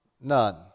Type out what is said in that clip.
None